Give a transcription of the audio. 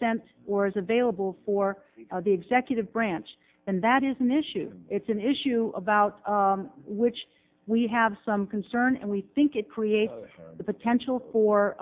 sent or is available for the executive branch and that is an issue it's an issue about which we have some concern and we think it creates the potential for